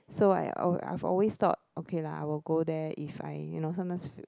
so I al~ I've always thought okay lah I will go there if I you know sometimes